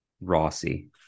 Rossi